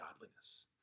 godliness